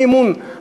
אי-אמון,